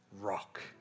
rock